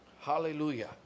Hallelujah